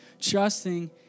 trusting